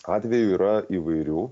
atvejų yra įvairių